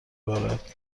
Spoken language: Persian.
بارد